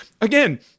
again